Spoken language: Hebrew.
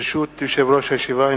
ברשות יושב-ראש הישיבה,